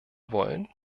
wollen